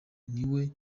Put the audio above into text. niwe